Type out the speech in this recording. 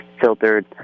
filtered